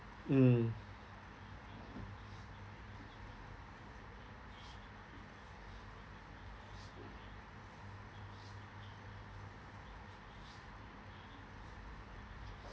mm